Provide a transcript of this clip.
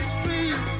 Street